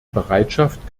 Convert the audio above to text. bereitschaft